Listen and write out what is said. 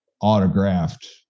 autographed